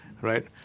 right